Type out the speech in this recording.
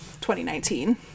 2019